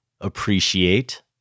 appreciate